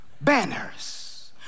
banners